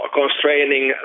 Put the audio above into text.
constraining